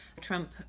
Trump